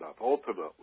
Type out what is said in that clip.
Ultimately